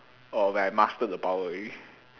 or when I master the power already